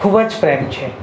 ખૂબ જ પ્રેમ છે